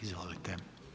Izvolite.